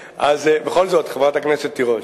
בכל זאת, חברת הכנסת תירוש,